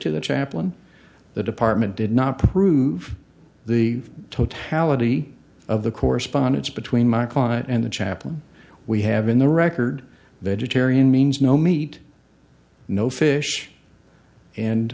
to the chaplain the department did not approve the totality of the correspondence between my client and the chaplain we have in the record vegetarian means no meat no fish and